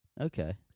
Okay